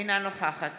אינה נוכחת